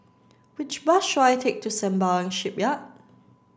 which bus should I take to Sembawang Shipyard